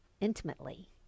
intimately